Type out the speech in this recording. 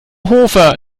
hofer